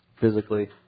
physically